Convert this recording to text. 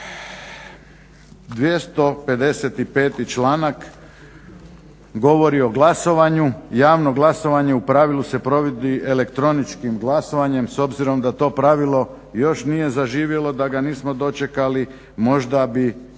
255. članak govori o glasovanju. Javno glasovanje u pravilu se provodi elektroničkim glasovanjem. S obzirom da to pravilo još nije zaživjelo, da ga nismo dočekali možda bi